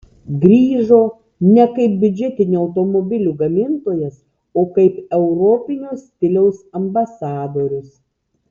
grįžo ne kaip biudžetinių automobilių gamintojas o kaip europinio stiliaus ambasadorius